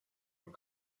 est